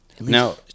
Now